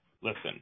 Listen